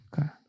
Okay